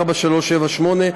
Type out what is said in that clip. פ/4378/20,